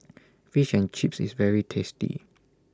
Fish and Chips IS very tasty